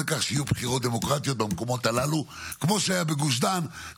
הוא אומר כך: "לפני חודש וחצי היה ראש השנה,